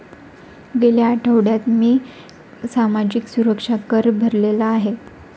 गेल्या आठवड्यात मी सामाजिक सुरक्षा कर भरलेला आहे